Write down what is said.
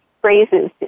phrases